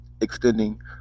extending